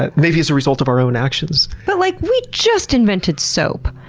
and maybe as a result of our own actions? but like, we just invented soap!